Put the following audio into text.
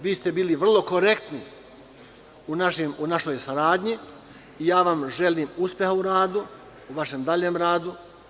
Vi ste bili vrlo korektni u našoj saradnji i ja vam želim uspeha u vašem daljem radu.